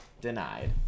denied